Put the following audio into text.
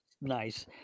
nice